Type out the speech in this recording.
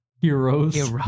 heroes